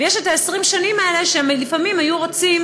ויש 20 שנים שבהן הם לפעמים היו רוצים